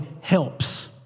helps